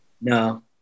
No